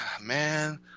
man